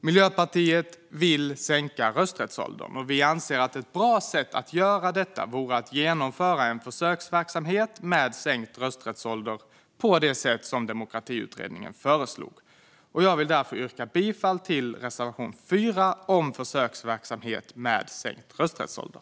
Miljöpartiet vill sänka rösträttsåldern. Vi anser att ett bra sätt att göra detta vore att genomföra en försöksverksamhet med sänkt rösträttsålder på det sätt som Demokratiutredningen föreslog. Jag vill därför yrka bifall till reservation 4 om försöksverksamhet med sänkt rösträttsålder.